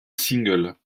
singles